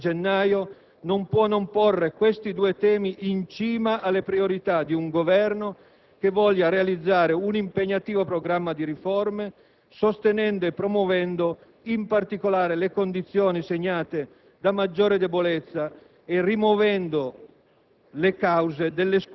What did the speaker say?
L'annunciata verifica di gennaio non può non porre questi due temi in cima alle priorità di un Governo che voglia realizzare un impegnativo programma di riforme, sostenendo e promuovendo, in particolare, le condizioni segnate da maggior debolezza e rimuovendo